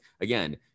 again